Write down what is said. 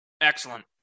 Excellent